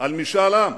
על משאל עם.